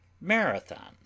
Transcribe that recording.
marathon